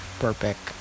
perfect